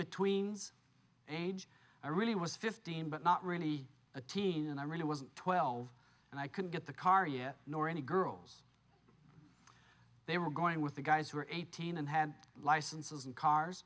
betweens age i really was fifteen but not really a teen and i really wasn't twelve and i couldn't get the car yet nor any girls they were going with the guys who were eighteen and had licenses and cars